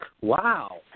Wow